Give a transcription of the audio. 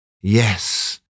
Yes